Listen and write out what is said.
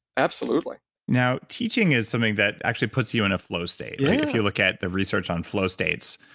absolutely now, teaching is something that actually puts you in a flow state yeah if you look at the research on flow states.